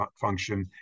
function